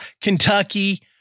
Kentucky